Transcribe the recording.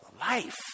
life